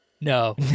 No